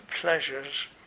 pleasures